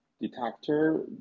detector